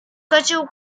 skoczył